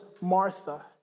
Martha